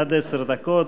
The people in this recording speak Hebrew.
עד עשר דקות.